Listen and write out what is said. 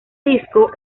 disco